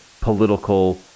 political